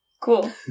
Cool